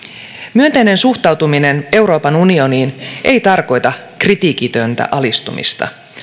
myönteinen suhtautuminen euroopan unioniin ei tarkoita kritiikitöntä alistumista